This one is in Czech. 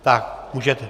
Tak, můžete.